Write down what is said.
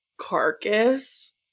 carcass